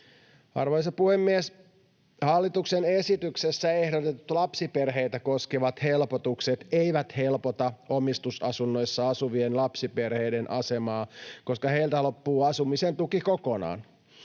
Arvoisa puhemies! Hallituksen esityksessä ehdotetut lapsiperheitä koskevat helpotukset eivät helpota omistusasunnoissa asuvien lapsiperheiden asemaa, koska heiltä loppuu asumisen tuki kokonaan.